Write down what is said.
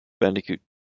bandicoot